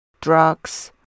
drugs